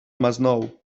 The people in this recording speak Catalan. masnou